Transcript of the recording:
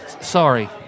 Sorry